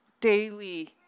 daily